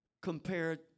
compared